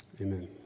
Amen